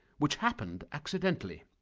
which happened accidentally.